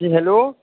جی hello